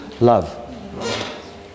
love